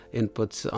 inputs